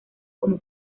como